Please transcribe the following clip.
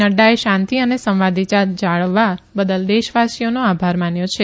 નડ્ટાએ શાંતી અને સંવાદિતા જાળવવા બદલ દેશવાસીઓનો આભાર માન્યો છે